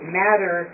matter